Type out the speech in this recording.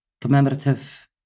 commemorative